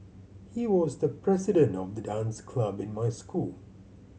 he was the president of the dance club in my school